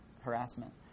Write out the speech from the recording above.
harassment